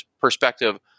perspective